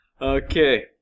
Okay